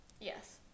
Yes